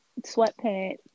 sweatpants